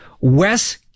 Wes